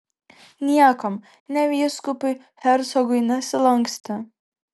niekam nė vyskupui hercogui nesilankstė